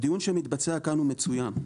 הדיון שמתבצע כאן הוא מצוין,